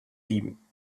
lieben